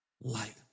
Light